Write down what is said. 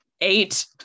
Eight